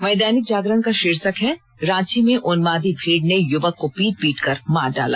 वहीं दैनिक जागरण का शीर्षक है रांची में उन्मादी भीड़ ने युवक को पीट पीट कर मार डाला